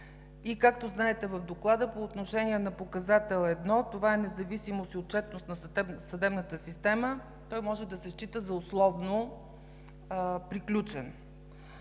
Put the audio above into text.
и както знаете от Доклада, по отношение на показател едно: „Независимост и отчетност на съдебната система“ той може да се счита за условно приключен.